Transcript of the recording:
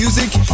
Music